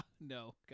No